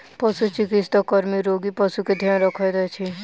पशुचिकित्सा कर्मी रोगी पशु के ध्यान रखैत अछि